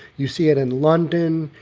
you see it in london,